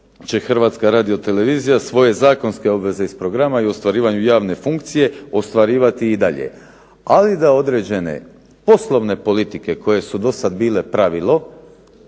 Hrvatska radiotelevizija svoje zakonske obveze iz programa i ostvarivanju javne funkcije ostvarivati i dalje. Ali da određene poslovne politike koje su do sad bile pravilo